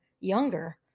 younger